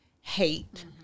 hate